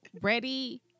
ready